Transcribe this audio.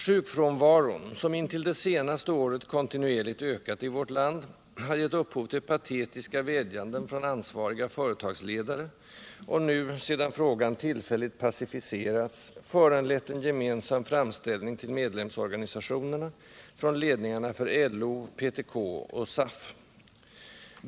Sjukfrånvaron, som intill det senaste året kontinuerligt ökat i vårt land, har gett upphov till patetiska vädjanden från ansvariga företagsledare och nu, sedan frågan tillfälligt pacificerats, föranlett en gemensam framställning ull medlemsorganisationerna från ledningarna för LO, PTK och SAF.